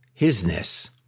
hisness